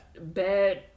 bad